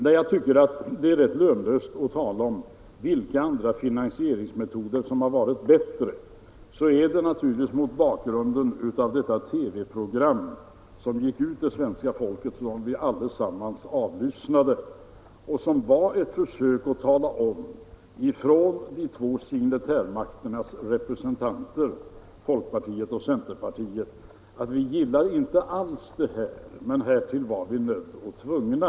När jag säger att det är lönlöst att tala om vilka andra finansieringsmetoder som hade varit bättre är det naturligtvis mot bakgrunden av det TV-program som gick ut till svenska folket och som vi alla avlyssnade. I programmet gjorde representanterna för de två signatärmakterna, centerpartiet och folkpartiet, ett försök att tala om att de inte alls gillade detta men var därtill nödda och tvungna.